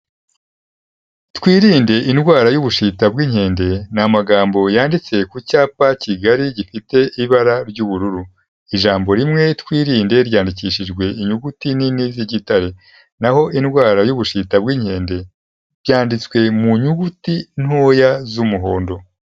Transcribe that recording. Twirinde indwara y'ubushita bw'inkende, ni amagambo yanditse ku cyapa kigari, gifite ibara ry'ubururu, ijambo rimwe "Twirinde" ryandikishijwe inyuguti nini z'igitare, naho "indwara y'ubushita bw'inkende", byanditswe mu nyuguti ntoya z'umuhondo.